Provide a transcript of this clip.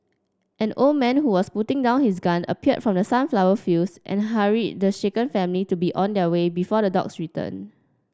an old man who was putting down his gun appeared from the sunflower fields and hurry the shaken family to be on their way before the dogs return